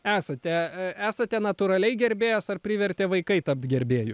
esate esate natūraliai gerbėjas ar privertė vaikai tapt gerbėju